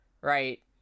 Right